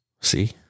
See